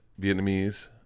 Vietnamese